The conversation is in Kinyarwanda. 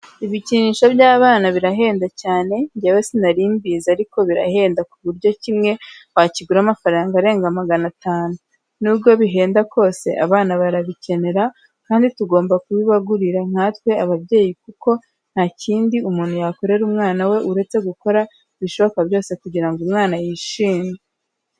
Ibikinisho by'abana birahenda cyane, njyewe sinarimbizi ariko birahenda ku buryo kimwe wakigura amafaranga arenga magana atanu, nubwo bihenda kose abana barabikenera kandi tugomba kubibagurira nkatwe ababyeyi kuko nta kindi umuntu yakorera umwana we uretse gukora ibishoboka byose kugira ngo umwana yishime.